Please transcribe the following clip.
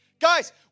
Guys